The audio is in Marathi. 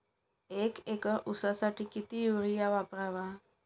एक एकर ऊसासाठी किती युरिया वापरावा?